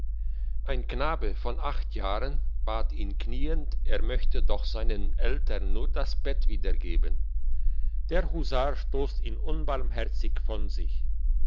ein knabe von acht jahren bat ihn kniend er möchte doch seinen eltern nur das bett wiedergeben der husar stosst ihn unbarmherzig von sich